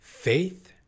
faith